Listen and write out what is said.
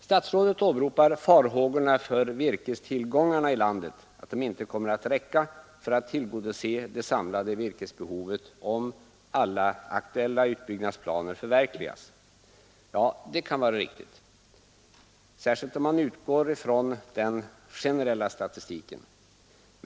Statsrådet åberopar farhågorna för att virkestillgångarna i landet inte kommer att räcka för att tillgodose det samlade virkesbehovet om alla aktuella utbyggnadsplaner förverkligas. Ja, det kan vara riktigt, särskilt om man utgår från den generella statistiken.